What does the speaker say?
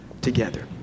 together